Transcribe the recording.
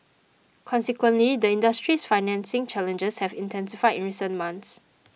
consequently the industry's financing challenges have intensified in recent months